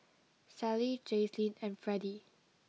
Sally Jazlene and Freddie